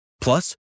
Plus